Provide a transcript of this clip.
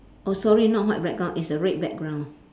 oh sorry not white background is a red background